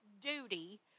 duty